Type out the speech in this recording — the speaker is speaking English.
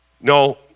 no